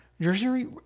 Jersey